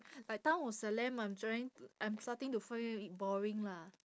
like Town of Salem I'm trying t~ I'm starting to find it boring lah